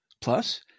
Plus